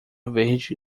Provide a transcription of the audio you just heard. verde